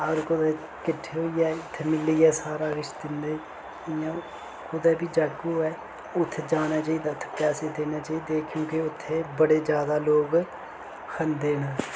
अगर कुतै किट्ठे होइयै इत्थै मिलियै सारा किश दिंदे इयां कुतै बी जग होऐ उत्थै जाना चाहिदा ते पैसे देने चाहिदे क्योंकि उत्थै बड़े ज्यादा लोग खंदे न